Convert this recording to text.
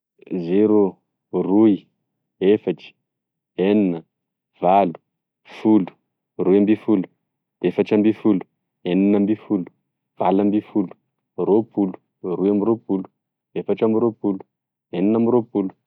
Zero, roy, efatry, enina, valo, folo, roymbifolo, efatrembefolo, eninambefolo, valambefolo, ropolo, roiambirepolo, efatrambiropolo, eninamboropolo